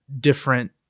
different